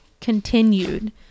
continued